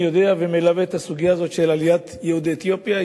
יודע ומלווה את הסוגיה הזאת של עליית יהודי אתיופיה,